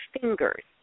fingers